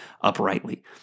uprightly